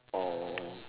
oh